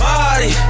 Party